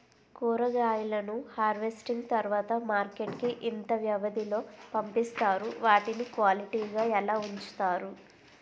కూరగాయలను హార్వెస్టింగ్ తర్వాత మార్కెట్ కి ఇంత వ్యవది లొ పంపిస్తారు? వాటిని క్వాలిటీ గా ఎలా వుంచుతారు?